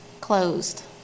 closed